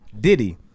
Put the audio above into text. diddy